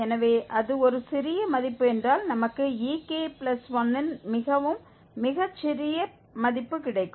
எனவே அது ஒரு சிறிய மதிப்பு என்றால் நமக்கு ek1 ன் மிகவும் மிக சிறிய மதிப்பு கிடைக்கும்